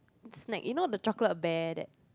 snack you know the chocolate bear that